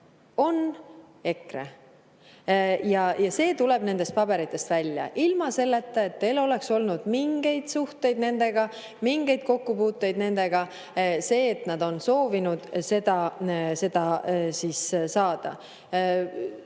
on EKRE. See tuleb nendest paberitest välja: ilma selleta, et teil oleks olnud mingeid suhteid nendega, mingeid kokkupuuteid nendega, on nad soovinud suhet teiega,